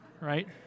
right